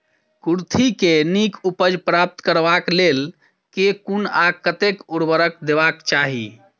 कुर्थी केँ नीक उपज प्राप्त करबाक लेल केँ कुन आ कतेक उर्वरक देबाक चाहि?